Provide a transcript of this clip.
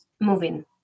moving